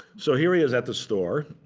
so here he is at the store.